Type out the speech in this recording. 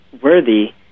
worthy